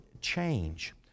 change